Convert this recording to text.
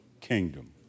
kingdom